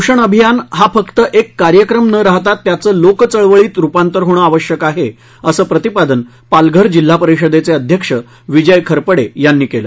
पोषण अभियान हा फक्त एक कार्यक्रम न राहता त्याचं लोकचळवळीत रुपांतर होणं आवशक आहे असं प्रतिपादन पालघर जिल्हा परिषदेचे अध्यक्ष विजय खरपडे यांनी केलं